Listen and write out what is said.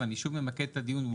ואני שוב ממקד את הדיון,